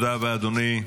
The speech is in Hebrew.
תודה רבה, אדוני.